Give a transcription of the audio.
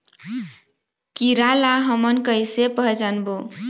कीरा ला हमन कइसे पहचानबो?